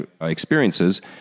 experiences